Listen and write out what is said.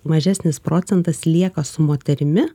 mažesnis procentas lieka su moterimi